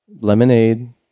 Lemonade